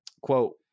Quote